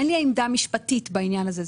אין לי עמדה משפטית בעניין הזה.